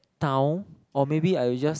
town or maybe I will just